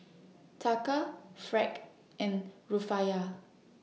Taka Franc and Rufiyaa